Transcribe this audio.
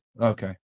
Okay